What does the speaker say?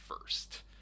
first